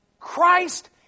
Christ